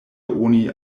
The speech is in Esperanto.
oni